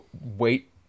wait